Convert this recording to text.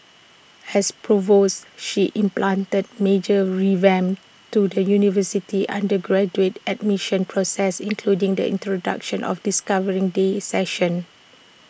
as provost she implemented major revamps to the university's undergraduate admission process including the introduction of discovery day sessions